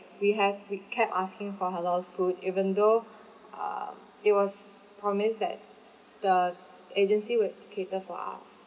we have we kept asking for halal food even though um it was promised that the agency will cater for us